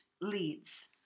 leads